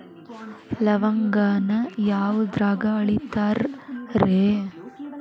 ಲವಂಗಾನ ಯಾವುದ್ರಾಗ ಅಳಿತಾರ್ ರೇ?